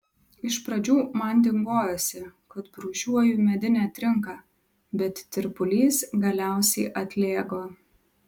iš pradžių man dingojosi kad brūžuoju medinę trinką bet tirpulys galiausiai atlėgo